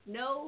no